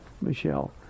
Michelle